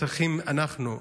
צריכים אנחנו,